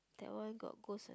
that one got ghost